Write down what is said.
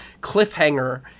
cliffhanger